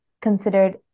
considered